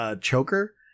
choker